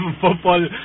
football